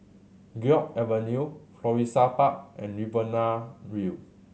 Guok Avenue Florissa Park and Riverina View